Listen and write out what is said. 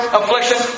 affliction